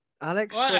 Alex